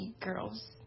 girls